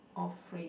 or phrase